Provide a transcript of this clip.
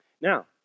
Now